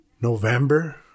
November